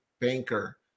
banker